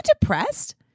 depressed